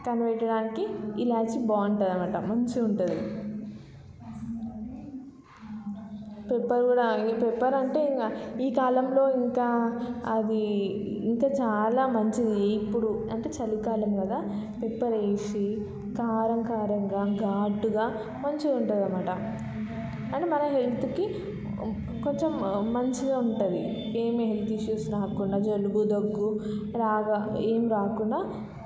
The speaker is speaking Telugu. కనిపెట్టడానికి ఇలాచి బాగుంటుంది అన్నమాట మంచిగా ఉంటుంది పెప్పర్ కూడా అలాగే పెప్పర్ అంటే ఇంకా ఈ కాలంలో ఇంకా అది ఇంక చాలా మంచిది ఇప్పుడు అంటే చలికాలం కదా పెప్పర్ వేసి కారం కారంగా ఘాటుగా మంచిగా ఉంటుంది అన్నమాట అంటే మన హెల్త్కి కొంచెం మంచిగా ఉంటది ఏమి హెల్త్ ఇష్యూస్ రాకుండా జలుబు దగ్గులాగ ఏమి రాకుండా